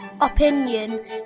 opinion